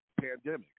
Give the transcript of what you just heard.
pandemic